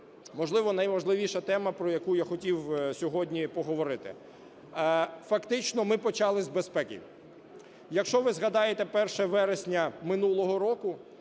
Економіка. Найважливіша тема, про яку я хотів сьогодні поговорити. Фактично ми почали з безпеки. Якщо ви згадаєте 1 вересня минулого року,